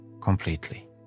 completely